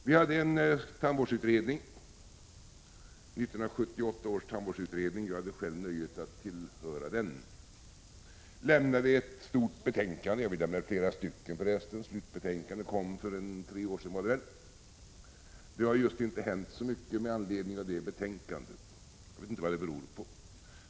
Vi hade tidigare en tandvårdsutredning, 1978 års tandvårdsutredning, som jag själv hade nöjet att tillhöra. Den lämnade ett stort betänkande — ja, den lämnade flera betänkanden, men slutbetänkandet kom för ungefär tre år sedan. Det har just inte hänt så mycket med anledning av det betänkandet. Jag vet inte vad det beror på.